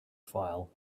file